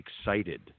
excited